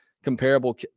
Comparable